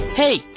Hey